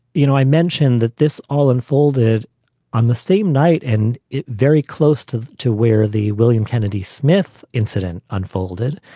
you know, i mentioned that this all unfolded on the same night and it very close to to where the william kennedy smith incident unfolded.